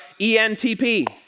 ENTP